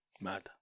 Mad